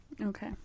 Okay